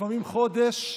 לפעמים חודש,